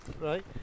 Right